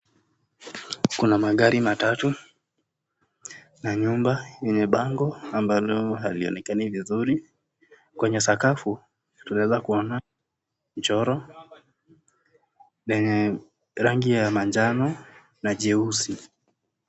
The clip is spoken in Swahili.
Kuna magari matatu na nyumba yenye bango ambalo halionekani vizuri. Kwenye sakafu tunaweza kuona mchoro lenye rangi ya manjano na jeusi.